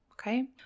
Okay